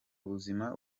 buzima